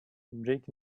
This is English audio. break